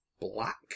Black